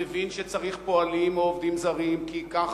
מבין שצריך פועלים או עובדים זרים כי כך